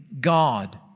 God